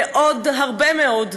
ועוד הרבה מאוד,